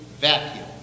vacuum